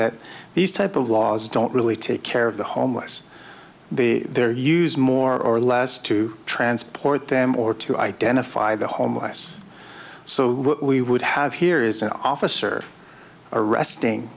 that these type of laws don't really take care of the homeless the their use more or less to transport them or to identify the homeless so we would have here is an officer arresting